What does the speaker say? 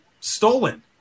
stolen